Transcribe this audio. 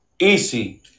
Easy